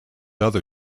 other